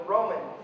Roman